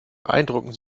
beeindrucken